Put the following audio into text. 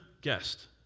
guest